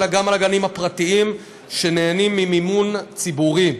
אלא גם על הגנים הפרטיים שנהנים ממימון ציבורי.